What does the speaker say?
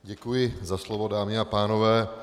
Děkuji za slovo, dámy a pánové.